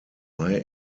eye